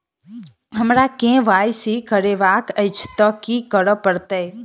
हमरा केँ Y C करेवाक अछि तऽ की करऽ पड़तै?